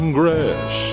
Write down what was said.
grass